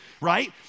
right